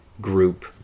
group